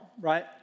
right